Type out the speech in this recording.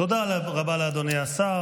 תודה רבה לאדוני השר.